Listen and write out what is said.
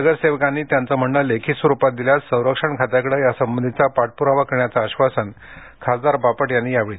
नगरसेवकांनी त्यांचे म्हणणे लेखी स्वरुपात दिल्यास संरक्षण खात्याकडे यासंबंधीचा पाठपुरावा करण्याचं आश्वासन खासदार बापट यांनी यावेळी दिले